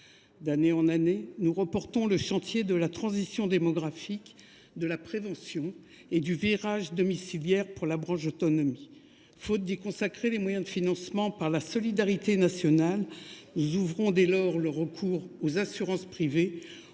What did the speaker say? D’année en année, nous reportons le chantier de la transition démographique, de la prévention et du virage domiciliaire pour la branche autonomie. Faute d’y consacrer les moyens de financement par la solidarité nationale, nous ouvrons dès lors le recours aux assurances privées,